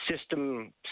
system